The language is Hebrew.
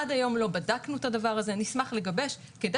עד היום הם לא בדקו את הדבר הזה והם ישמחו לגבש וכדי